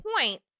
point